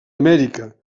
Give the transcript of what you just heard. amèrica